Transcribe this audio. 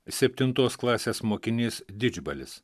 septintos klasės mokinys didžbalis